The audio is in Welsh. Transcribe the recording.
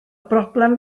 broblem